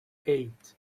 eight